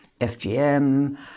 FGM